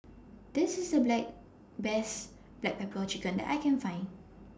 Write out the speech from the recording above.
This IS The Black Best Black Pepper Chicken that I Can Find